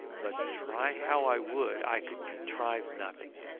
but try how i would i could contrive nothing.